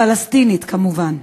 פלסטינית כמובן.